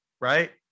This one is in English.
right